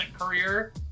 career